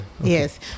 Yes